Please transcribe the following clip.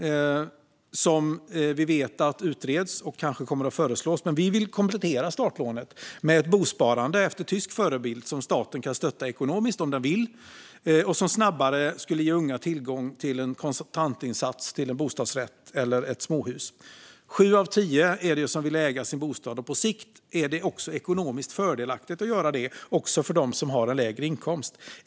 Vi vet att det utreds och kanske kommer att föreslås. Vi vill dock komplettera startlånet med ett bosparande efter tysk förebild, som staten kan stötta ekonomiskt om den vill och som snabbare skulle ge unga tillgång till en kontantinsats till en bostadsrätt eller ett småhus. Sju av tio vill äga sin bostad, och på sikt är det även för dem som har en lägre inkomst ekonomiskt fördelaktigt att göra det.